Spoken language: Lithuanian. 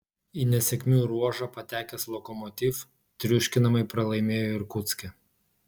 į nesėkmių ruožą patekęs lokomotiv triuškinamai pralaimėjo irkutske